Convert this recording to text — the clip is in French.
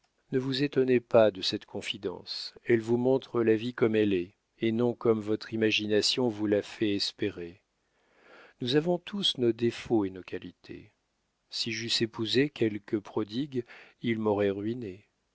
ne vous étonnez pas de cette confidence elle vous montre la vie comme elle est et non comme votre imagination vous l'a fait espérer nous avons tous nos défauts et nos qualités si j'eusse épousé quelque prodigue il m'aurait ruinée